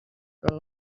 però